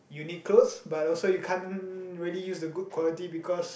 you need clothes but also you can't really use the good quality because